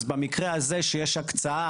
אז במקרה הזה שיש הקצאה,